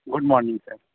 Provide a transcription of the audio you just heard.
good morning sir